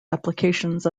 applications